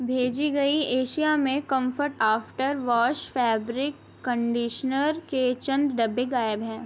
بھیجی گئی اشیاء میں Comfort after wash fabric conditioner کے چند ڈبے غائب ہیں